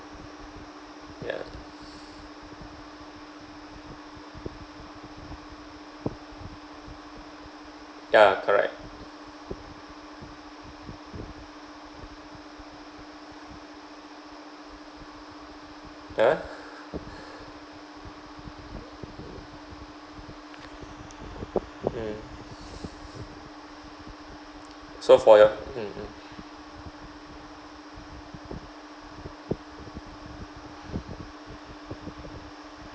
ya ya correct !huh! mm so for your mm